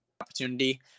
opportunity